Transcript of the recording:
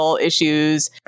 issues